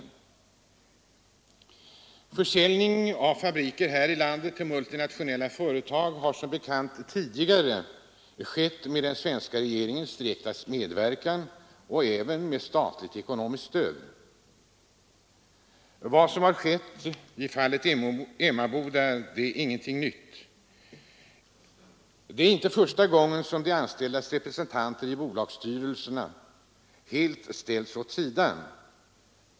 Försäljning av fabriker här i landet till multinationella företag har som bekant tidigare skett med den svenska regeringens direkta medverkan och även med statligt ekonomiskt stöd. Vad som har skett i fallet Emmaboda är ingenting nytt. Det är inte första gången som de anställdas representanter i bolagsstyrelserna helt ställts åt sidan.